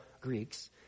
Greeks